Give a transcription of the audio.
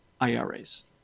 IRAs